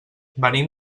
venim